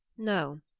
no,